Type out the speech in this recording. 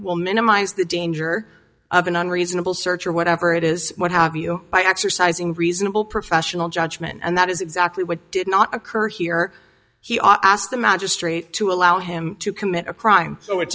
will minimize the danger of an unreasonable search or whatever it is what have you by exercising reasonable professional judgment and that is exactly what did not occur here he asked the magistrate to allow him to commit a crime so it